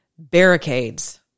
Barricades